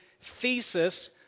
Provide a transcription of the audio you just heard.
thesis